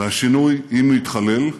והשינוי, אם יתחולל,